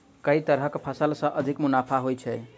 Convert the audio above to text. केँ तरहक फसल सऽ अधिक मुनाफा होइ छै?